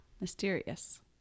mysterious